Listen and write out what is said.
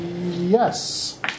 Yes